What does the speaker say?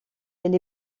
elle